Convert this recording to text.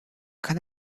can